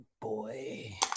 boy